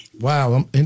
wow